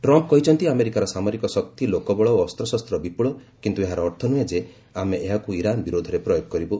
Trump କହିଛନ୍ତି ଆମେରିକାର ସାମରିକ ଶକ୍ତି ଲୋକବଳ ଓ ଅସ୍ତ୍ରଶସ୍ତ ବିପୁଳ କିନ୍ତୁ ଏହାର ଅର୍ଥ ନୁହେଁ ଯେ ଆମେ ଏହାକୁ ଇରାନ୍ ବିରୋଧରେ ପ୍ରୟୋଗ କରିବୁ